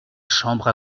chambre